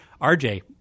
RJ